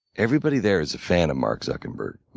everybody there is a fan of mark zuckerberg.